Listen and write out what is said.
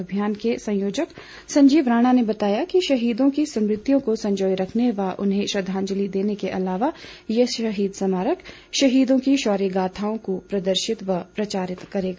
अभियान के संयोजक संजीव राणा ने बताया कि शहीदों की स्मृतियों को संजोए रखने व उन्हें श्रद्वांजलि देने के अलावा ये शहीद स्मारक शहीदों की शौर्य गाथाओं को प्रदर्शित व प्रचारित करेगा